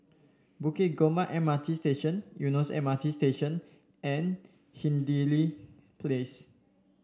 Bukit Gombak M R T Station Eunos M R T Station and Hindhede Place